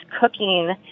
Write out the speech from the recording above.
cooking